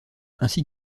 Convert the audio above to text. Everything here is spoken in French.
ainsi